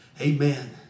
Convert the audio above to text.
Amen